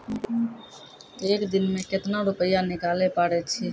एक दिन मे केतना रुपैया निकाले पारै छी?